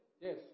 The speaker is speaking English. yes